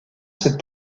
cette